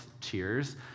cheers